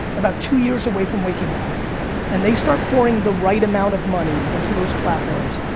about two years away from waking up and they start pouring the right amount of money into those platforms,